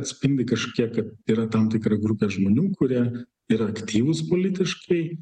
atspindi kažkiek kad tai yra tam tikra grupė žmonių kurie yra aktyvūs politiškai